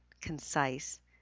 concise